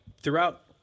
throughout